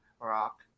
Rock